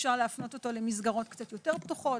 אפשר להפנות אותו למסגרות קצת יותר פתוחות,